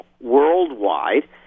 worldwide